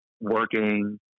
working